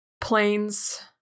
Planes